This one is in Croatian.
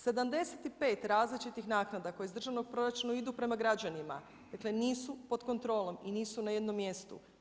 75 različitih naknada koje iz državnog proračuna idu prema građanima, dakle nisu pod kontrolom i nisu na jednom mjestu.